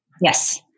Yes